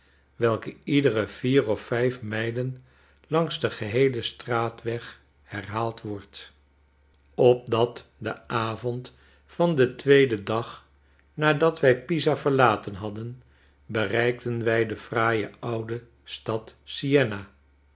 welke iedere vier of vijf mylen langs den geheelen straatweg herhaald wordt opdat den avond van den tweeden dag nadat wij pisa verlaten hadden bereikten wij de fraaie oude stad